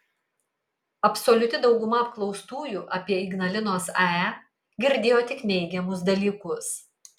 absoliuti dauguma apklaustųjų apie ignalinos ae girdėjo tik neigiamus dalykus